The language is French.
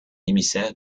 émissaire